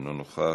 אינו נוכח,